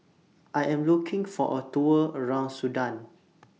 I Am looking For A Tour around Sudan